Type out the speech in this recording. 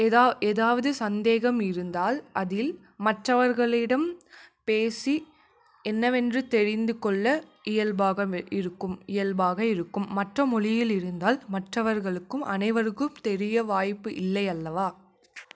எதா எதாவது சந்தேகம் இருந்தால் அதில் மற்றவர்களிடம் பேசி என்னவென்று தெரிந்து கொள்ள இயல்பாக இருக்கும் இயல்பாக இருக்கும் மற்ற மொழியில் இருந்தால் மற்றவர்களுக்கும் அனைவருக்கும் தெரிய வாய்ப்பு இல்லை அல்லவா